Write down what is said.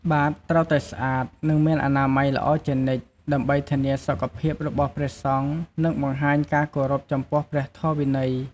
បាតត្រូវតែស្អាត និងមានអនាម័យល្អជានិច្ច ដើម្បីធានាសុខភាពរបស់ព្រះសង្ឃ និងបង្ហាញការគោរពចំពោះព្រះធម៌វិន័យ។